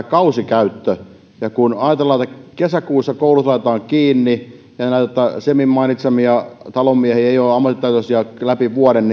kausikäyttö kun ajatellaan että kesäkuussa koulut laitetaan kiinni ja näitä semin mainitsemia ammattitaitoisia talonmiehiä ei ole läpi vuoden